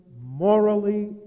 morally